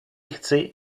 chci